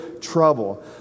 trouble